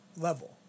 level